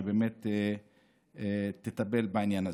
שבאמת תטפל בעניין הזה.